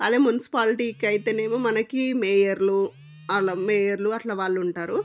అదే మున్సిపాలిటీకి అయితేనేమో మనకి మేయర్లు వాళ్ళ మేయర్లు అలా వాళ్ళు ఉంటారు